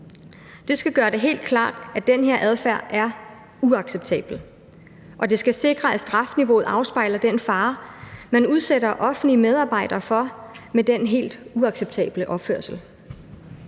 Det skal gøre det helt klart, at den her adfærd er uacceptabel, og det skal sikre, at strafniveauet afspejler den fare, man udsætter offentlige medarbejdere for med den helt uacceptable opførsel.